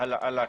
שעלה כאן?